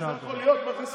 זה הכול.